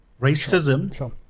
racism